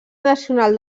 nacional